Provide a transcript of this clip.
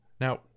Now